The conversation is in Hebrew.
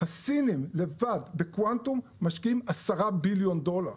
הסינים לבד בקוונטום משקיעים עשרה ביליון דולר.